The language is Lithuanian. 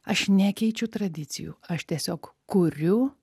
aš nekeičiu tradicijų aš tiesiog kuriu